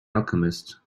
alchemist